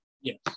Yes